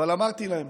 אבל אמרתי להם